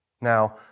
Now